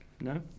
No